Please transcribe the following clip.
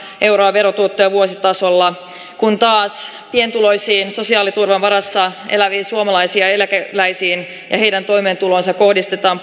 euroa verotuottoja vuositasolla kun taas pienituloisiin sosiaaliturvan varassa eläviin suomalaisiin ja eläkeläisiin ja heidän toimeentuloonsa kohdistetaan